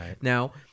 Now